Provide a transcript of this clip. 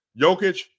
Jokic